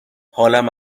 حالم